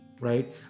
right